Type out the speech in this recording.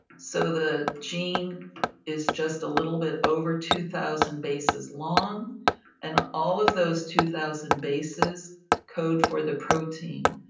so the gene is just a little bit over two thousand bases long and all of those two thousand bases code for the protein.